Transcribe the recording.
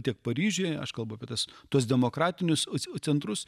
tiek paryžiuje aš kalbu apie tas tuos demokratinius o centrus